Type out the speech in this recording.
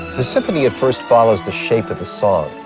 the symphony at first follows the shape of the song,